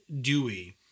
dewey